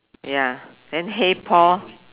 ya then hey Paul